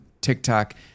TikTok